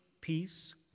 peace